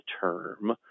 term